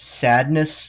sadness